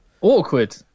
awkward